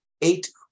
eight